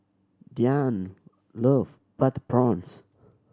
Dyan love butter prawns